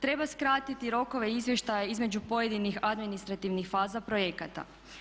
Treba skratiti rokove izvještaja između pojedinih administrativnih faza projekata.